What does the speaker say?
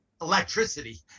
electricity